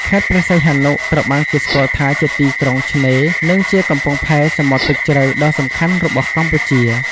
ខេត្តព្រះសីហនុ ត្រូវបានគេស្គាល់ថាជាទីក្រុងឆ្នេរ និងជាកំពង់ផែសមុទ្រទឹកជ្រៅដ៏សំខាន់របស់កម្ពុជា។